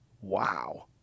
Wow